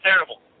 Terrible